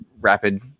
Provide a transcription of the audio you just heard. rapid